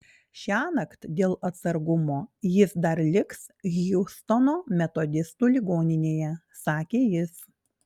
šiąnakt dėl atsargumo jis dar liks hjustono metodistų ligoninėje sakė jis